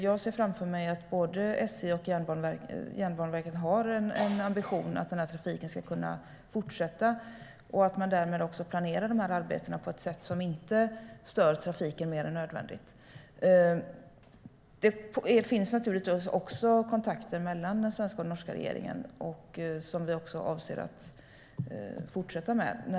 Jag ser framför mig att både SJ och Jernbaneverket har en ambition om att trafiken ska kunna fortsätta och att man därmed planerar arbetena på ett sätt som inte stör trafiken mer än nödvändigt. Det finns naturligtvis kontakter mellan den svenska och den norska regeringen, som vi avser att fortsätta med.